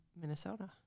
Minnesota